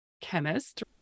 chemist